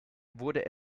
wurde